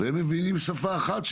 והם מבינים שפה אחת: